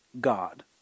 God